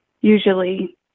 usually